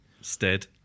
stead